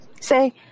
Say